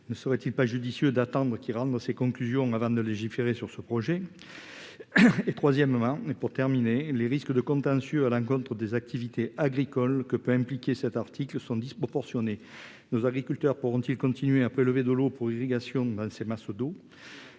Ne serait-il pas plus judicieux d'attendre que soient rendues ses conclusions avant de légiférer ? Troisièmement, les risques de contentieux à l'encontre des activités agricoles que peut impliquer cet article sont disproportionnés. Nos agriculteurs pourront-ils continuer à prélever de l'eau pour l'irrigation dans ces masses d'eau ?